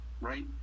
right